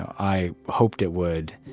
i hoped it would.